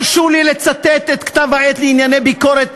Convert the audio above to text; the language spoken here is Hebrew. הרשו לי לצטט את כתב העת לענייני ביקורת